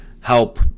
help